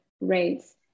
rates